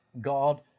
God